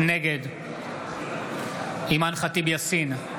נגד אימאן ח'טיב יאסין,